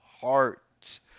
heart